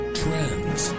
trends